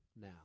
now